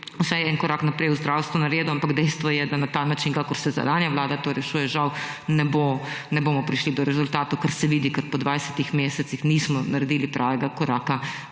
vsaj en korak naprej v zdravstvu naredil, ampak dejstvo je, da na ta način, kakor sedanja vlada to rešuje, žal ne bomo prišli do rezultatov. Ker se vidi, ker po 20 mesecih nismo naredili pravega koraka